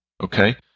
Okay